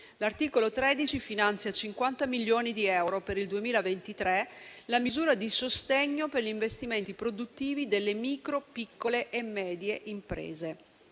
L'articolo 13 finanzia con 50 milioni di euro per il 2023, la misura di sostegno per gli investimenti produttivi delle micro, piccole e medie imprese.